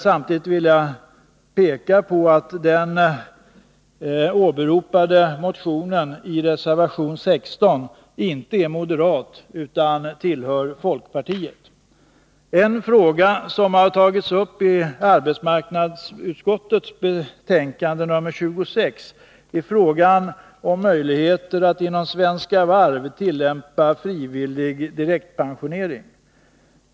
Samtidigt vill jag peka på att den åberopade motionen i reservation 16 inte är moderat utan tillhör folkpartiet. En fråga som har tagits upp i arbetsmarknadsutskottets betänkande nr 26 är frågan om möjligheter att inom Svenska Varv tillämpa frivillig direktpensionering.